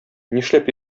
нишләп